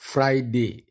Friday